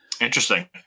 Interesting